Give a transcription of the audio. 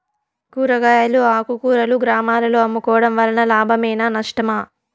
కూరగాయలు ఆకుకూరలు గ్రామాలలో అమ్ముకోవడం వలన లాభమేనా నష్టమా?